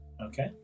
Okay